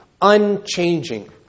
unchanging